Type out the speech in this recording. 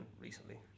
recently